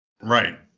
Right